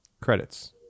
credits